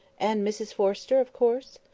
and mrs forrester, of course?